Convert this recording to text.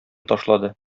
ташлады